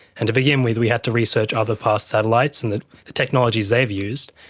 and to begin with we had to research other past satellites and the technologies they've used.